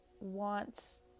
wants